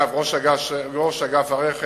דרך אגב, ראש אגף הרכב